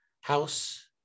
house